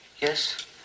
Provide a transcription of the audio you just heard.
Yes